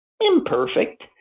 imperfect